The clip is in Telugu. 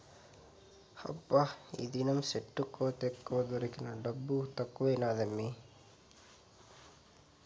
హబ్బా ఈదినం సెట్ల కోతెక్కువ దొరికిన దుడ్డు తక్కువైనాదమ్మీ